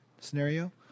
scenario